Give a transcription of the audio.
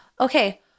okay